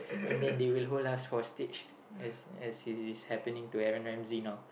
and then they will hold us for stage as as it is happening to Aaron-Ramsey now